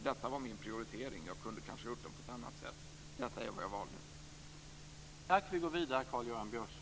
Detta var min prioritering. Jag kunde ha gjort det på ett annat sätt, men detta är vad jag valde.